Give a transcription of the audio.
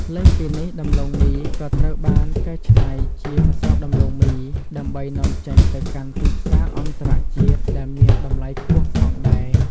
លើសពីនេះ ដំឡូងមីក៏ត្រូវបានកែច្នៃជា ម្សៅដំឡូងមី ដើម្បីនាំចេញទៅកាន់ទីផ្សារអន្តរជាតិ ដែលមានតម្លៃខ្ពស់ផងដែរ។